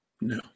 no